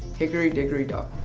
hickory dickory dock.